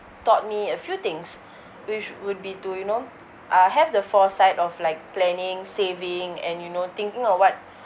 taught me a few things which would be to you know uh have the foresight of like planning saving and you know thinking of what